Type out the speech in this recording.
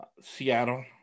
Seattle